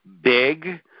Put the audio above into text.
big